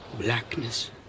blackness